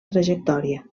trajectòria